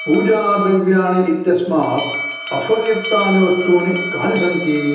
पूजाद्रव्याणि इत्यस्मात् अफ़र् युक्तानि वस्तूनि कानि सन्ति